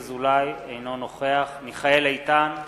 אינו נוכח מיכאל איתן,